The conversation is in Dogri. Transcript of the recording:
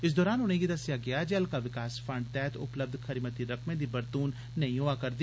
इस दरान उनेंगी दस्सेआ गेआ जे हल्का विकास फंड तैह्त उपलब्ध खरी मती रकमें दी बरतून नेइं होआ करदी